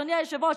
אדוני היושב-ראש,